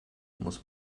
muss